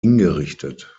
hingerichtet